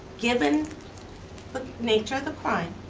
given the nature of the crime,